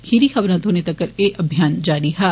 खीरी खबरा थ्होने तक्कर एह् अभियान जारी हा